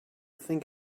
think